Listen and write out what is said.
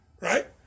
right